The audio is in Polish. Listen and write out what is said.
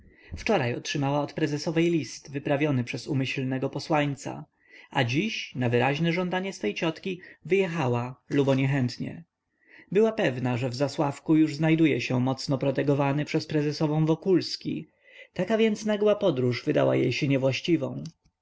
wczoraj otrzymała od prezesowej list wyprawiony przez umyślnego posłańca a dziś na wyraźne żądanie swej ciotki wyjechała lubo niechętnie była pewna że w zasławku już znajduje się mocno protegowany przez prezesową wokulski taka więc nagła podróż wydała jej się niewłaściwą